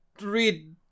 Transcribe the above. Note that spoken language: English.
read